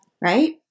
Right